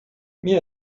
mir